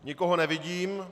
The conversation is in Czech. Nikoho nevidím.